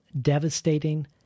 devastating